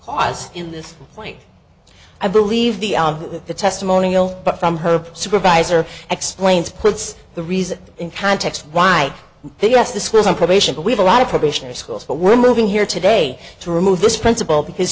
clause in this point i believe the are the testimonial but from her supervisor explains puts the reason in context why they yes this was on probation but we have a lot of probation or schools but we're moving here today to remove this principal because